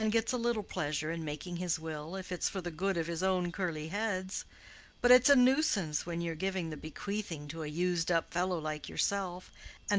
a man gets a little pleasure in making his will, if it's for the good of his own curly heads but it's a nuisance when you're giving the bequeathing to a used-up fellow like yourself,